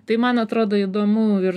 tai man atrodo įdomu ir